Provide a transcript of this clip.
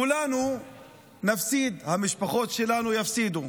כולנו נפסיד, המשפחות שלנו יפסידו.